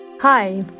Hi